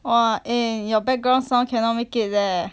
!wah! eh your background sound cannot make it leh